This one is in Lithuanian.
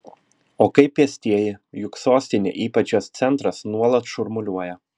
o kaip pėstieji juk sostinė ypač jos centras nuolat šurmuliuoja